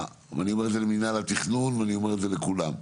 אני אומר את זה למינהל התכנון ואני אומר זה לכולם.